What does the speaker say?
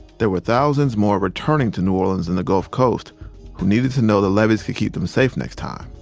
there were thousands more returning to new orleans and the gulf coast who needed to know the levees could keep them safe next time.